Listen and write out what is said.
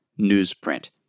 newsprint